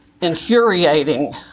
infuriating